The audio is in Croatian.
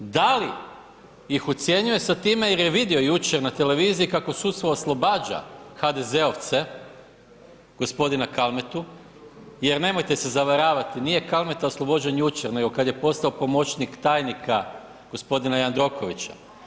Da li ih ucjenjuje sa time jer je vidio jučer na televiziji kako sudstvo oslobađa HDZ-ovce, g. Kalmetu, jer nemojte se zavaravati, nije Kalmeta oslobođen jučer nego kad je postao pomoćnik tajnika, g. Jandrokovića.